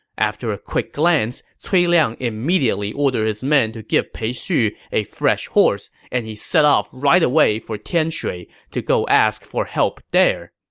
after a quick glance, cui liang immediately ordered his men to give pei xu a fresh horse, and he set off right away for tianshui to ask for help there